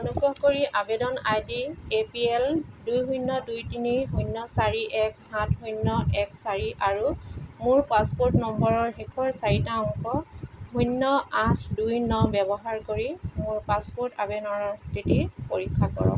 অনুগ্ৰহ কৰি আবেদন I D A P L দুই শূন্য দুই তিনি শূন্য চাৰি এক সাত শূন্য এক চাৰি আৰু মোৰ পাছপোৰ্ট নম্বৰৰ শেষৰ চাৰিটা অংক শূন্য আঠ দুই ন ব্যৱহাৰ কৰি মোৰ পাছপোৰ্ট আবেদনৰ স্থিতি পৰীক্ষা কৰক